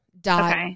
dot